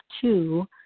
two